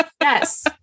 Yes